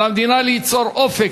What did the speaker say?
על המדינה ליצור אופק,